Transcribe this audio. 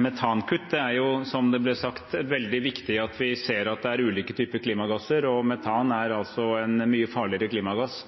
metankutt. Det er, som det ble sagt, veldig viktig at vi ser at det er ulike typer klimagasser, og metan er altså en mye farligere klimagass,